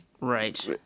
Right